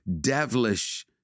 devilish